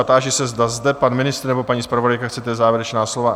Táži se, zda zde pan ministr nebo paní zpravodajka chcete závěrečná slova?